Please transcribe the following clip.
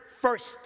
first